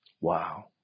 Wow